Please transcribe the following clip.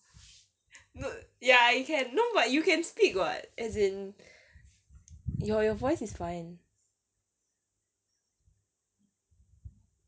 no ya you can no but you can speak [what] as in your your voice is fine